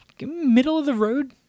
middle-of-the-road